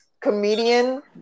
comedian